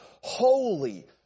Holy